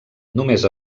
només